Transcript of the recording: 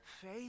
faith